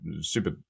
super